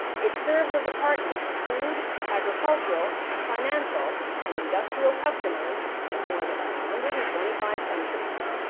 it serves as a partner for food, agricultural, financial, and industrial customers in more than one hundred and twenty five countries.